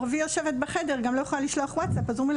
והיא יושבת בחדר ולא יכולה גם לשלוח "ווטסאפ",